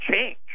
change